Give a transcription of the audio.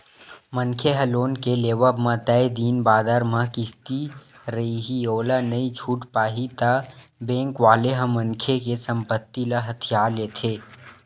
मनखे ह लोन के लेवब म तय दिन बादर म किस्ती रइही ओला नइ छूट पाही ता बेंक वाले ह मनखे के संपत्ति ल हथिया लेथे